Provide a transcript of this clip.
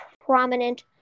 prominent